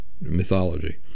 mythology